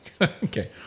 Okay